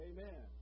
Amen